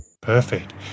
Perfect